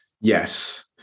Yes